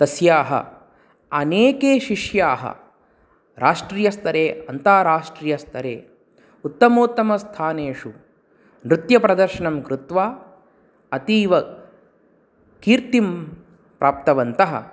तस्याः अनेके शिष्याः राष्ट्रीयस्तरे अन्तराष्ट्रीयस्तरे उत्तमोत्तमस्थानेषु नृत्यप्रदर्शनं कृत्वा अतीवकीर्तिं प्राप्तवन्तः